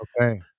Okay